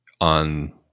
on